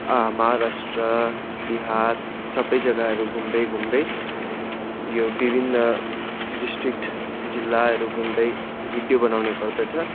महाराष्ट्र बिहार सबै जग्गाहरू घुम्दै घुम्दै यो विभिन्न डिस्ट्रिक्ट जिल्लाहरू घुम्दै भिडियो बनाउने गर्दछ